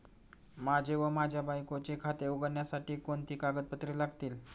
माझे व माझ्या बायकोचे खाते उघडण्यासाठी कोणती कागदपत्रे लागतील?